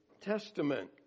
Testament